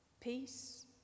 peace